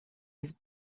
his